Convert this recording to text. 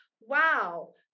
wow